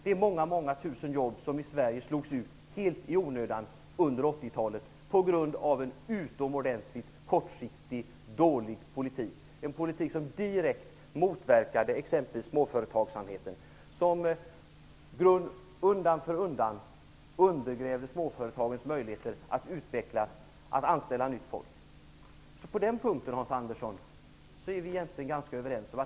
Det är många tusen i Sverige som slogs ut helt i onödan under 80-talet på grund av en utomordentligt kortsiktig och dålig politik, som direkt motverkade t.ex. småföretagsamheten och undan för undan undergrävde småföretagens möjligheter att utvecklas och anställa nytt folk. På den punkten, Hans Andersson, är vi egentligen ganska överens.